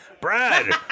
Brad